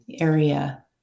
area